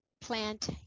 plant